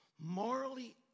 morally